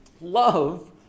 love